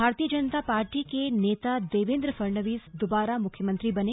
भारतीय जनता पार्टी के नेता देवेन्द्र फडणवीस दोबारा मुख्यमंत्री बने